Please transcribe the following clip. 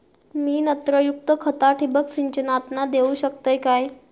मी नत्रयुक्त खता ठिबक सिंचनातना देऊ शकतय काय?